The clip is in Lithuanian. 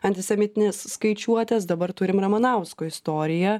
antisemitinės skaičiuotės dabar turim ramanausko istoriją